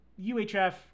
UHF